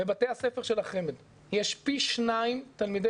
בבתי הספר של החמ"ד יש פי שניים תלמידי